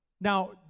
Now